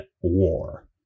war